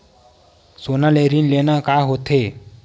सोना ले ऋण लेना का होथे?